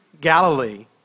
Galilee